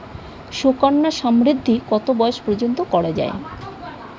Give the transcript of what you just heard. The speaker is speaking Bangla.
সুকন্যা সমৃদ্ধী কত বয়স পর্যন্ত করা যায়?